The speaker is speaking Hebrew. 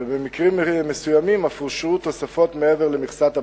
ובמקרים מסוימים אף אושרו תוספות מעבר למכסת הבסיס.